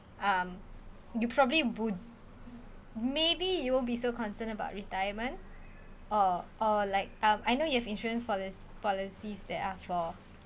um you probably would maybe you won't be so concerned about retirement or or like or I know you have insurance poli~ policies that are for